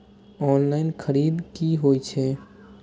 Online खरीद की होए छै?